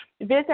visit